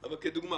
אבל כדוגמה